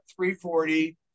340